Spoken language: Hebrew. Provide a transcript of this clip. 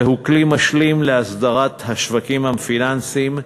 זהו כלי משלים להסדרת השווקים הפיננסיים,